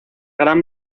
gran